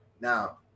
now